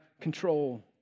control